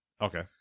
okay